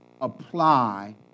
apply